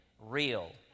real